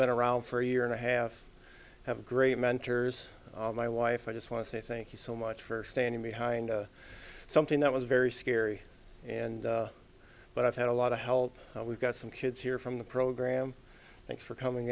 been around for a year and a half have a great mentors my wife i just want to say thank you so much for standing behind something that was very scary and but i've had a lot of help we've got some kids here from the program thanks for coming